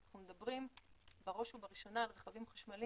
אנחנו מדברים בראש ובראשונה על רכבים חשמליים,